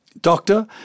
doctor